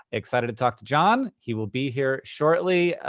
excited to talk to john. he will be here shortly.